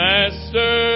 Master